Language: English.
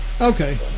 Okay